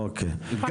אוקיי, טוב.